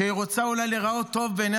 שרוצה אולי להיראות טוב בעיני